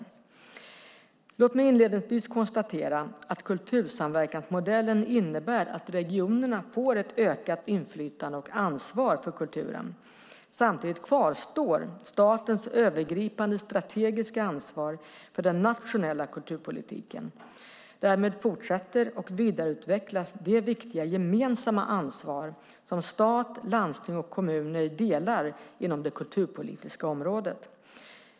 Låt mig inledningsvis konstatera att kultursamverkansmodellen innebär att regionerna får ett ökat inflytande och ansvar för kulturen. Samtidigt kvarstår statens övergripande strategiska ansvar för den nationella kulturpolitiken. Därmed fortsätter och vidareutvecklas det viktiga gemensamma ansvar som stat, landsting och kommuner delar på sedan lång tid tillbaka inom det kulturpolitiska området.